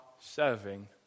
serving